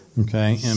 okay